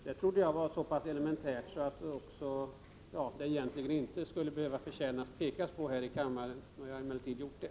Det trodde jag var så elementärt att det egentligen inte skulle behöva påpekas här i kammaren. Nu har jag emellertid gjort det.